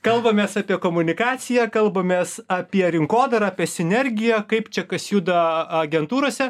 kalbamės apie komunikaciją kalbamės apie rinkodarą apie sinergiją kaip čia kas juda agentūrose